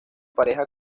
pareja